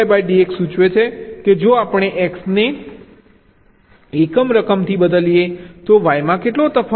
dydx સૂચવે છે કે જો આપણે x ને એકમ રકમથી બદલીએ તો y માં કેટલો તફાવત છે